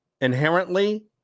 Inherently